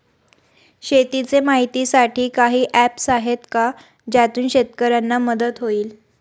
शेतीचे माहितीसाठी काही ऍप्स आहेत का ज्यातून शेतकऱ्यांना मदत होईल?